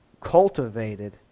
cultivated